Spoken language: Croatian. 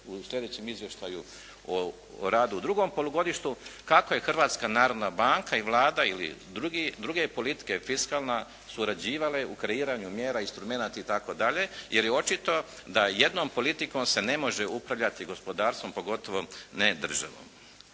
u slijedećem izvještaju o radu u drugom polugodištu kako je Hrvatska narodna banka i Vlada ili druge politike, fiskalna surađivale u kreiranju mjera instrumenata itd. Jer je očito da jednom politikom se ne može upravljati gospodarstvom pogotovo ne državom.